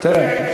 תראה,